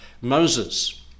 Moses